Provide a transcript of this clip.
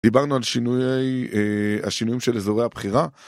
דיברנו על שינויי... השינויים של אזורי הבחירה